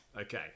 Okay